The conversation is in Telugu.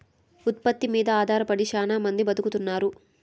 ఉత్పత్తి మీద ఆధారపడి శ్యానా మంది బతుకుతున్నారు